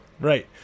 Right